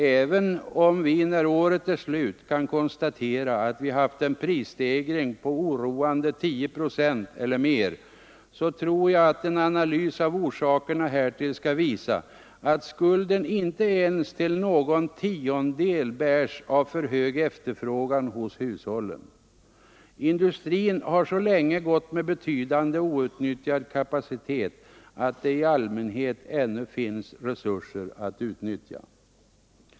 Även om vi när året är slut kan konstatera att vi haft en prisstegring på oroande 10 procent eller mer, så tror jag att en analys av orsakerna härtill skall visa att skulden inte ens till någon tiondel bärs av för hög efterfrågan hos hushållen. Industrin har så länge gått med betydande outnyttjad kapacitet att det i allmänhet ännu finns resurser att utnyttja.